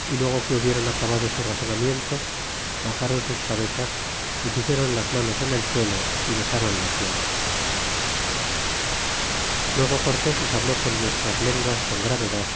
y luego que hubieron acabado su razonamiento baxron sus cabezas y pusieron las manos en el suelo y besron la tierra y luego cortes les habló con nuestras lenguas con gravedad